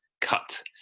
cut